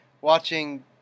watching